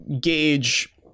gauge